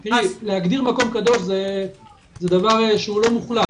להגדיר מקום קדוש זה משהו לא מוחלט.